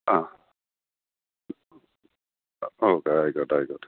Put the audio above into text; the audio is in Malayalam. ആ ഓക്കെ ആയിക്കോട്ടെ ആയിക്കോട്ടെ